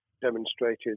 demonstrated